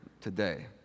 today